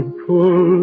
pull